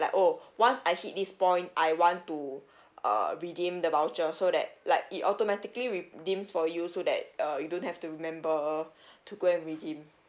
like oh once I hit this point I want to uh redeem the voucher so that like it automatically redeems for you so that uh you don't have to remember to go and redeem